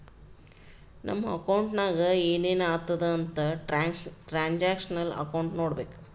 ನಮ್ ಅಕೌಂಟ್ನಾಗ್ ಏನೇನು ಆತುದ್ ಅಂತ್ ಟ್ರಾನ್ಸ್ಅಕ್ಷನಲ್ ಅಕೌಂಟ್ ನೋಡ್ಬೇಕು